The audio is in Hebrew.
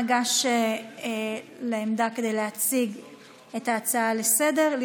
אנא גש לעמדה כדי להציג את ההצעה לסדר-היום.